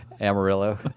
Amarillo